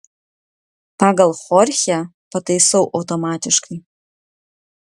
pagal chorchę pataisau automatiškai